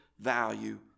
value